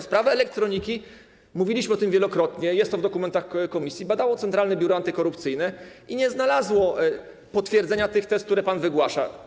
Sprawę elektroniki, mówiliśmy o tym wielokrotnie, jest to w dokumentach komisji, badało Centralne Biuro Antykorupcyjne, które nie znalazło potwierdzenia tych tez, które pan wygłasza.